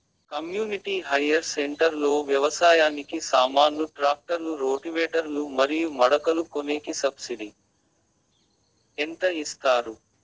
community hire centre లో వ్యవసాయానికి సామాన్లు ట్రాక్టర్లు రోటివేటర్ లు మరియు మడకలు కొనేకి సబ్సిడి ఎంత ఇస్తారు